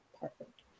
Perfect